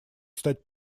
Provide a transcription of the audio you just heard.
стать